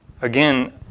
Again